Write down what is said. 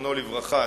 זיכרונו לברכה,